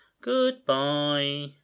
Goodbye